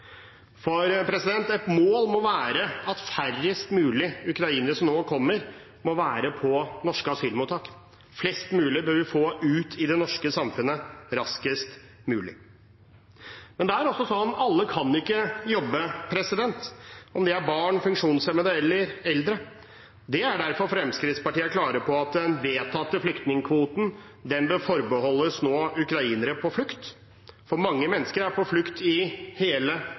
Et mål må være at færrest mulig ukrainere som nå kommer, må være på norske asylmottak. Flest mulig bør vi få ut i det norske samfunnet raskest mulig. Men det er også slik at alle kan ikke jobbe – om de er barn, funksjonshemmede eller eldre. Det er derfor Fremskrittspartiet er klare på at den vedtatte flyktningkvoten nå bør forbeholdes ukrainere på flukt, for mange mennesker er på flukt i hele